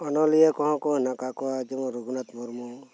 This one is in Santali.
ᱚᱱᱚᱞᱤᱭᱟᱹ ᱠᱚᱦᱚᱸ ᱠᱚ ᱦᱮᱱᱟᱜ ᱟᱠᱟᱫ ᱠᱚᱣᱟ ᱡᱮᱢᱚᱱ ᱨᱚᱜᱷᱩᱱᱟᱛᱷ ᱢᱩᱨᱢᱩ